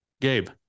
Gabe